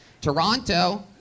Toronto